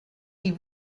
die